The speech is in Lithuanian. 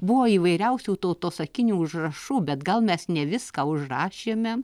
buvo įvairiausių tautosakinių užrašų bet gal mes ne viską užrašėme